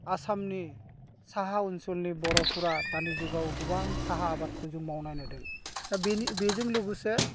आसामनि साहा ओनसोलनि बर'फोरा दानि जुगाव गोबां साहा आबादखौ जों मावनाय नुदों दा बेजों लोगोसे